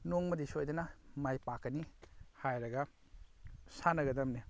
ꯅꯣꯡꯃꯗꯤ ꯁꯣꯏꯗꯅ ꯃꯥꯏꯄꯥꯛꯀꯅꯤ ꯍꯥꯏꯔꯒ ꯁꯥꯟꯅꯒꯗꯕꯅꯤ